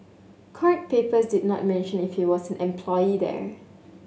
court papers did not mention if he was an employee there